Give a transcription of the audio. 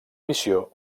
missió